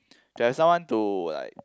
there are someone to like